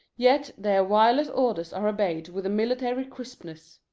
yet their wireless orders are obeyed with a military crispness.